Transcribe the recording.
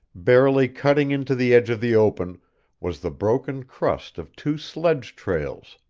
barely cutting into the edge of the open was the broken crust of two sledge trails.